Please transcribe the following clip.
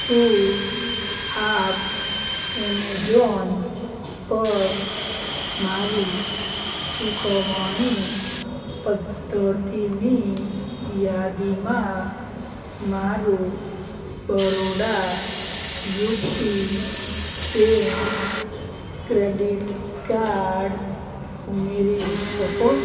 શું આપ એમેજોન પર મારી ચૂકવણી પદ્ધતિની યાદીમાં મારું Baroda UP bank credit card ઉમેરી શકો